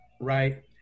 right